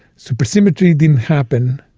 supersymmetry didn't happen,